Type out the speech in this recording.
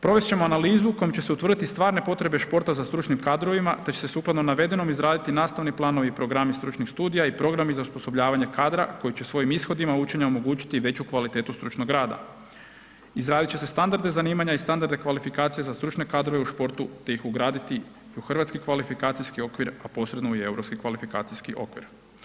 Provest ćemo analizu kojom će se utvrditi stvarne potrebe športa za stručnim kadrovima, te će se sukladno navedenom izraditi nastavni planovi i programi stručnih studija i programi za osposobljavanje kadra koji će svojim ishodima … [[Govornik se ne razumije]] omogućiti veću kvalitetu stručnog rada, izradit će se standarde zanimanja i standarde kvalifikacije za stručne kadrove u športu, te ih ugraditi u hrvatski kvalifikacijski okvir, a posredno i u europski kvalifikacijski okvir.